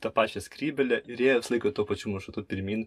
tą pačią skrybėlę ir ėjo visą laiką tuo pačiu maršrutu pirmyn